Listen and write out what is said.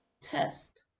test